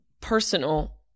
personal